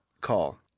Call